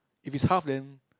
if is half then